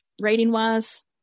rating-wise